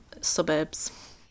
suburbs